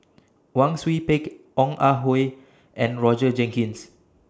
Wang Sui Pick Ong Ah Hoi and Roger Jenkins